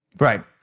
Right